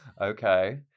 Okay